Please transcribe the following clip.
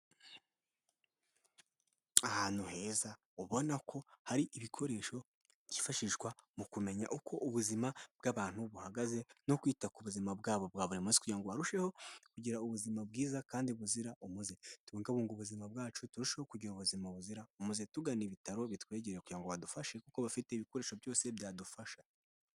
Ahantu heza ubona ko hari ibikoresho byifashishwa mu kumenya uko ubuzima bw'abantu buhagaze no kwita ku buzima bwabo bwa buri amatwi ngo barusheho kugira ubuzima bwiza kandi buzira umuze tubungabunge ubuzima bwacu turusheho kugira ubuzima buzira umuze tugana ibitaro bitwegere kugira ngo badufashe kuko bafite ibikoresho byose byadufasha.